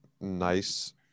nice